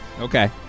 Okay